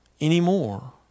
anymore